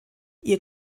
ihr